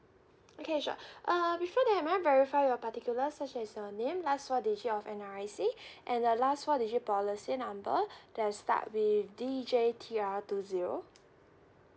okay sure uh before that may I verify your particulars such as your name last four digit of N_R_I_C and the last four digit policy number that starts with D J T R two zero